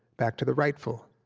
back to the rightful,